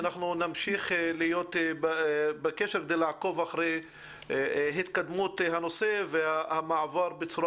אנחנו נמשיך להיות בקשר כדי לעקוב אחרי התקדמות הנושא והמעבר בצורה